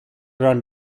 around